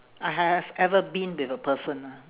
I have ever been with a person ah